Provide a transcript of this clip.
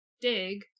dig